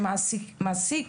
שמעסיק